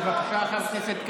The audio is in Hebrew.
בבקשה, חבר הכנסת כץ.